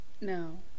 No